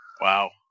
Wow